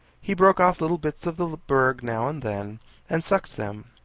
he broke off little bits of the berg now and then and sucked them,